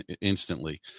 instantly